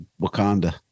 Wakanda